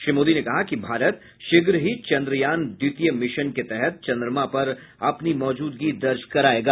श्री मोदी ने कहा कि भारत शीघ्र ही चन्द्रयान द्वितीय मिशन के तहत चन्द्रमा पर अपनी मौजूदगी दर्ज करायेगा